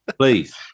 please